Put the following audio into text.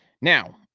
Now